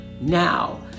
now